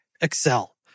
Excel